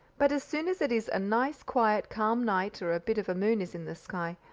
but as soon as it is a nice, quiet, calm night, or a bit of a moon is in the sky,